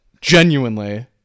Genuinely